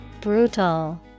Brutal